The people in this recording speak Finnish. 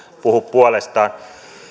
puhu puolestaan